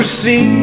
see